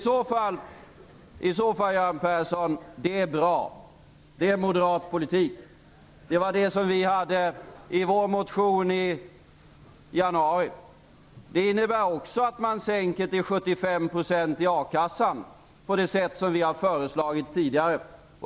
Jag ser att Göran Persson nickar. Det är bra. Det är moderat politik. Det var det som vi föreslog i vår motion i januari. Det innebär också att man sänker nivån i a-kassan till 75 % på det sätt som vi har föreslagit tidigare.